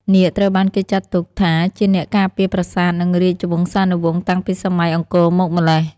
នាគត្រូវបានគេចាត់ទុកថាជាអ្នកការពារប្រាសាទនិងរាជវង្សានុវង្សតាំងពីសម័យអង្គរមកម្ល៉េះ។